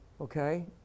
Okay